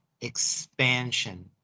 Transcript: expansion